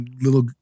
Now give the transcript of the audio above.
little